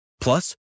Plus